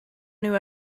nhw